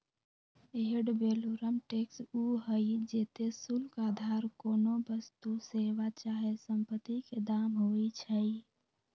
ad valorem tax उ हइ जेते शुल्क अधार कोनो वस्तु, सेवा चाहे सम्पति के दाम होइ छइ